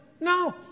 No